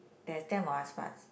there's ten parts